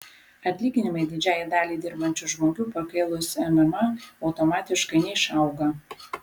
atlyginimai didžiajai daliai dirbančių žmonių pakėlus mma automatiškai neišauga